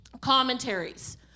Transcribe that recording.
commentaries